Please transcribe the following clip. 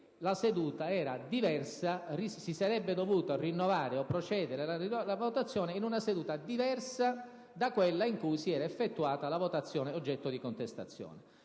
la seduta era diversa e si sarebbe dovuto rinnovare, o procedere alla rinnovata votazione, in una seduta diversa da quella in cui si era effettuata la votazione oggetto di contestazione.